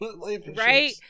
Right